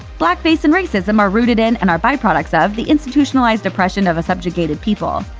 blackface and racism are rooted in and are byproducts of the institutionalized oppression of a subjugated people.